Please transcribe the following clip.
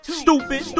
stupid